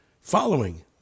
Following